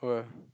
oh ya